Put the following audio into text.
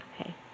okay